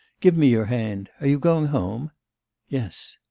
give me your hand. are you going home yes.